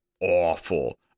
awful